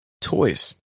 toys